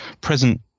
present